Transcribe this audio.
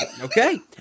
Okay